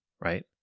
right